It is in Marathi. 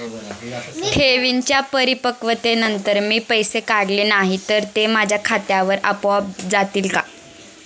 ठेवींच्या परिपक्वतेनंतर मी पैसे काढले नाही तर ते माझ्या खात्यावर आपोआप जातील का?